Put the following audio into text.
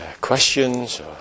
questions